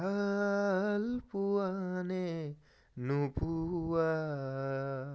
ভাল পোৱানে নোপোৱা